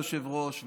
היושבת-ראש,